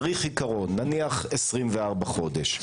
צריך עיקרון, נניח 24 חודש.